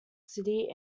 city